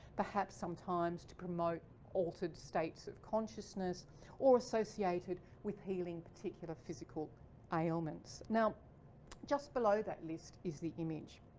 perhaps sometimes to promote altered states of consciousness or associated with healing particular physical ailments. now just below that list is the image.